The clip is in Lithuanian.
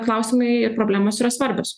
klausimai ir problemos yra svarbios